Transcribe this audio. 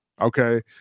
okay